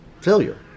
failure